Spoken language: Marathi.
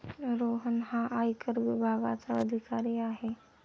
रोहन हा आयकर विभागाचा अधिकारी आहे